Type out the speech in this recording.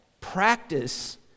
practice